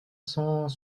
cent